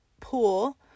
pool